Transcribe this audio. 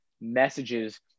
messages